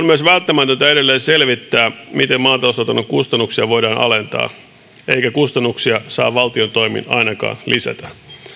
myös välttämätöntä edelleen selvittää miten maataloustuotannon kustannuksia voidaan alentaa eikä kustannuksia saa valtion toimin ainakaan lisätä